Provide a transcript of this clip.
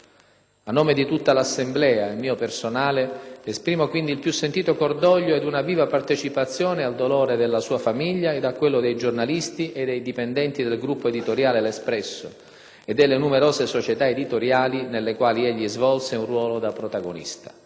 A nome di tutta l'Assemblea e mio personale, esprimo quindi il più sentito cordoglio e una viva partecipazione al dolore della sua famiglia e a quello dei giornalisti e dei dipendenti del gruppo editoriale l'«Espresso» e delle numerose società editoriali nelle quali svolse un ruolo da protagonista.